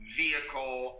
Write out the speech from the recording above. vehicle